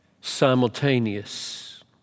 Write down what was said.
simultaneous